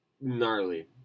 gnarly